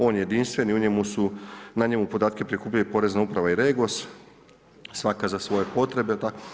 On je jedinstven i u njemu su, na njemu podatke prikupljaju Porezna uprava i REGOS svaka za svoje potrebe.